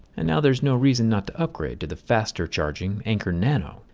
and now there's no reason not to upgrade to the faster charging anker nano,